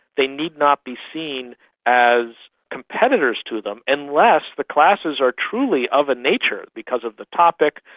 they need not be seen as competitors to them unless the classes are truly of a nature because of the topic,